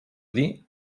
dir